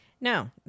No